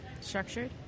structured